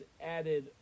added